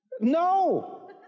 No